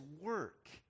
work